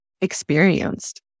experienced